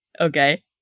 Okay